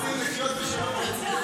הם רוצים לחיות בשלום לצידנו.